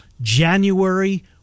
January